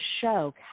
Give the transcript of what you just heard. show